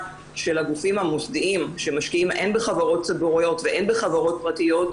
של הגופים המוסדיים שמשקיעים הן בחברות ציבוריות והן בחברות פרטיות,